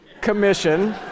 commission